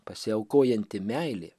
pasiaukojanti meilė